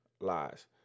Lies